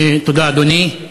תודה, אדוני.